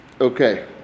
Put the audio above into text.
Okay